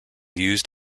used